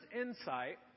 insight